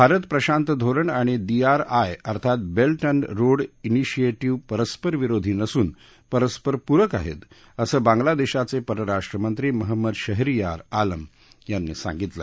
भारत प्रशांत धोरण आणि दीआरआय अर्थात बेल्ट अँड रोड निशिएटिव्ह परस्पर विरोधी नसून परस्पर पूरक आहेत असं बांगलादेशाचे परराष्ट्रमंत्री महम्मद शहरीयार आलम यांनी सांगितलं